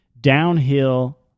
Downhill